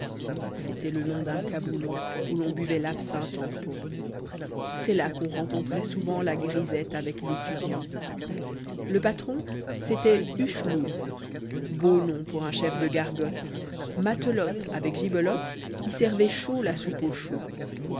c'était le nom d'un caboulot où l'on buvait l'absinthe en pot c'est là qu'on rencontrait souvent la grisette avec l'étudiant le patron c'était hucheloup beau nom pour un chef de gargolte m a le loi te avec gibelotte y servaient chaud la soupe aux choux